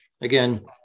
again